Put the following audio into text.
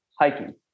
hiking